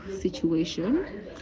situation